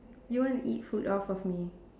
you want to eat food off of me